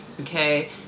Okay